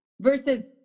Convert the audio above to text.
versus